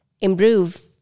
improve